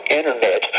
Internet